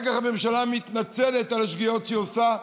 אחר כך הממשלה מתנצלת על השגיאות שהיא עושה,